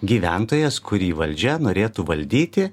gyventojas kurį valdžia norėtų valdyti